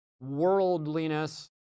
worldliness